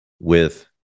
with-